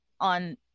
on